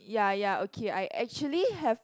ya ya okay I actually have